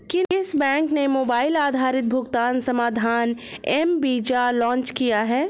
किस बैंक ने मोबाइल आधारित भुगतान समाधान एम वीज़ा लॉन्च किया है?